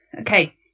Okay